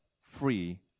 free